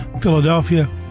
Philadelphia